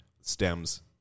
stems